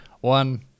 one